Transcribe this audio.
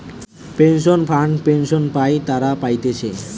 pension fund pension পাই তারা পাতিছে